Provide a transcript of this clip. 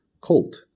colt